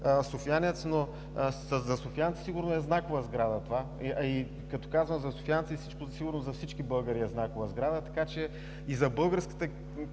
софиянец, но за софиянци това сигурно е знакова сграда. Като казвам за софиянци, сигурно и за всички българи е знакова сграда, и за българското